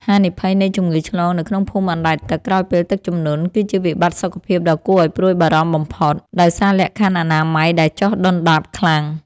ហានិភ័យនៃជំងឺឆ្លងនៅក្នុងភូមិអណ្តែតទឹកក្រោយពេលទឹកជំនន់ គឺជាវិបត្តិសុខភាពដ៏គួរឱ្យព្រួយបារម្ភបំផុត ដោយសារលក្ខខណ្ឌអនាម័យដែលចុះដុនដាបខ្លាំង។